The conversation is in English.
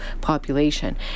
population